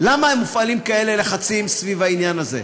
למה מופעלים כאלה לחצים סביב העניין הזה.